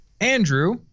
Andrew